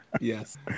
Yes